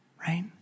right